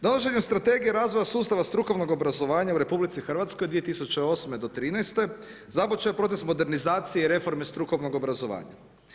Donošenje strategije razvoja sustava strukovnog obrazovanja u RH 2008.-2013. započeo je proces modernizacije i reforme strukovnog obrazovanja.